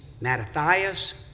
Mattathias